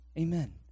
Amen